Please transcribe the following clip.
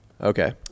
Okay